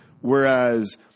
Whereas